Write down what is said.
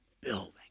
building